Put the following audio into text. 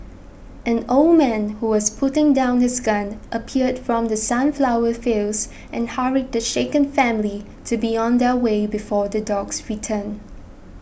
an old man who was putting down his gun appeared from the sunflower fields and hurried the shaken family to be on their way before the dogs return